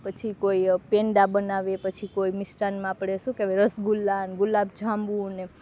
પછી કોઈ પેંડા બનાવે પછી કોઈ મિષ્ટાનમાં આપણે શું કહેવાય રસગુલ્લાને ગુલાબજાંબુને